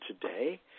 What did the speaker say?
today